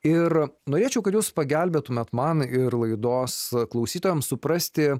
ir norėčiau kad jūs pagelbėtumėt man ir laidos klausytojams suprasti